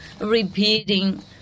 Repeating